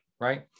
Right